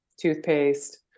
toothpaste